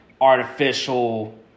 artificial